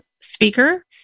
speaker